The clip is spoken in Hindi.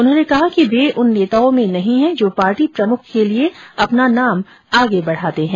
उन्होंने कहा कि वे उन नेताओं में नहीं है जो पार्टी प्रमुख के लिए अपना नाम आगे बढ़ाते हैं